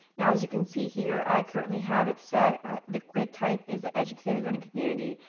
and as you can see here, i currently have it set. the grid type is educator learning community.